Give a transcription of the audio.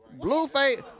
Blueface